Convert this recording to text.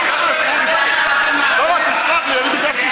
הצבעה שמית.